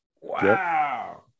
Wow